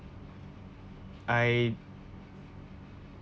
I